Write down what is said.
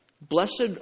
blessed